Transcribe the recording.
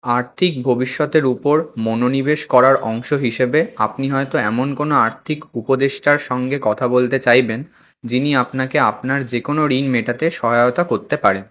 আর্থিক ভবিষ্যতের উপর মনোনিবেশ করার অংশ হিসেবে আপনি হয়তো এমন কোনও আর্থিক উপদেষ্টার সঙ্গে কথা বলতে চাইবেন যিনি আপনাকে আপনার যে কোনও ঋণ মেটাতে সহায়তা করতে পারে